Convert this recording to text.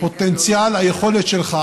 לפוטנציאל היכולת שלך,